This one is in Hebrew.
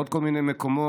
לעוד כל מיני מקומות,